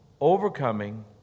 overcoming